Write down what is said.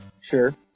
Sure